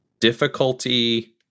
difficulty